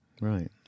Right